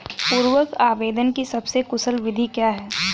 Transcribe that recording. उर्वरक आवेदन की सबसे कुशल विधि क्या है?